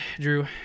Drew